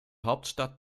hauptstadt